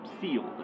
sealed